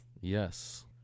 Yes